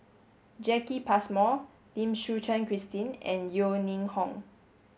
Jacki Passmore Lim Suchen Christine and Yeo Ning Hong